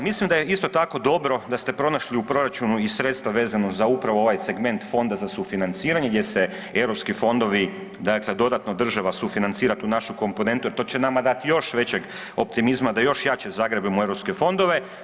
Mislim da je isto tako dobro da ste pronašli u proračunu i sredstva vezano za upravo ovaj segment fonda za sufinanciranje gdje se europski fondovi dakle, dodatno država sufinancira tu našu komponentu jer to će nama dati još većeg optimizma da još jače zagrabilo u EU fondove.